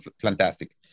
fantastic